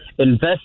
Invest